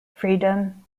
freedom